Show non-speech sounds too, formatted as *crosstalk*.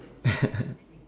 *laughs*